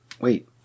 wait